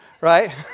right